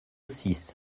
six